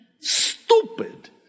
Stupid